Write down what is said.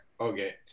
Okay